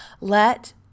let